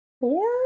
Four